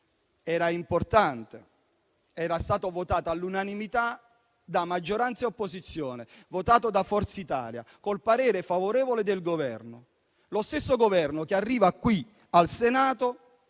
Era importante, era stato votato all'unanimità da maggioranza e opposizione; votato da Forza Italia col parere favorevole del Governo; lo stesso Governo che arriva qui al Senato